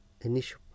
initial